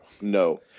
No